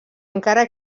encara